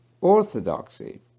orthodoxy